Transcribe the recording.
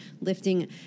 lifting